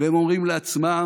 והם אומרים לעצמם: